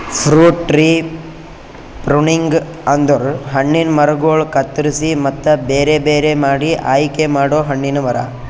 fruit tree pruning ಅಂದುರ್ ಹಣ್ಣಿನ ಮರಗೊಳ್ ಕತ್ತುರಸಿ ಮತ್ತ ಬೇರೆ ಬೇರೆ ಮಾಡಿ ಆಯಿಕೆ ಮಾಡೊ ಹಣ್ಣಿನ ಮರ